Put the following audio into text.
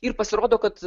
ir pasirodo kad